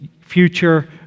future